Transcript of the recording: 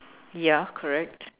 ya correct